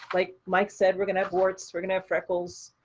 like mike said, we're gonna have warts, we're gonna have freckles.